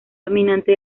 dominante